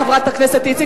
חברת הכנסת איציק,